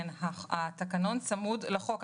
התקנון צמוד לחוק.